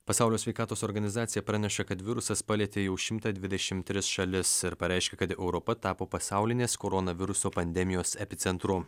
pasaulio sveikatos organizacija praneša kad virusas palietė jau šimtą dvidešimt tris šalis ir pareiškė kad europa tapo pasaulinės koronaviruso pandemijos epicentru